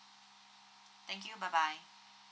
thank you bye bye